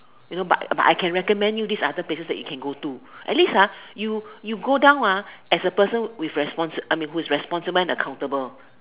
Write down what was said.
you know but but I can recommend you this other places that you can go to at least ah you you go down ah as person with responsible I mean who's responsible and accountable